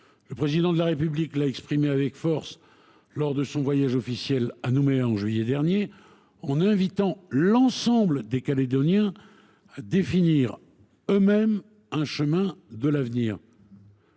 Le Président de la République a exprimé cette volonté avec force lors de son voyage officiel à Nouméa en juillet dernier, en invitant l’ensemble des Calédoniens à définir eux mêmes le chemin de l’avenir,